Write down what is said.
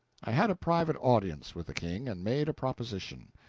i had a private audience with the king, and made a proposition.